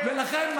ולכן,